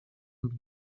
und